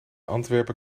antwerpen